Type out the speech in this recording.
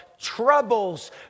troubles